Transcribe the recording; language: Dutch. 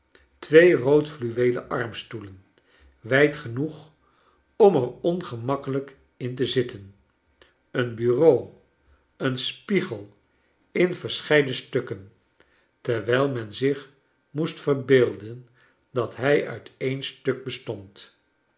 twee rood fluweelen armstoelen wijd genoeg om er ongemakkelijk in te zitten een bureau een spiegel in verscheiden stukken terwijl men zich moest verbeelden dat hij uit een stuk bestond